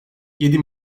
yedi